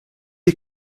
you